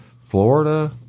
Florida